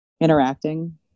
Interacting